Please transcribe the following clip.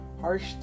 harsh